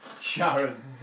Sharon